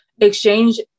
exchange